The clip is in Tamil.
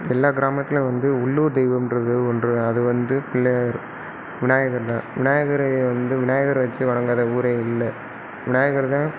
எல்லா கிராமத்துலேயும் வந்து உள்ளூர் தெய்வம்கிறது ஒன்று அது வந்து பிள்ளையார் விநாயகர் தான் விநாயகரை வந்து விநாயகரை வெச்சு வணங்காத ஊரே இல்லை விநாயகர் தான்